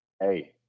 hey